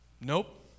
nope